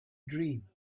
dream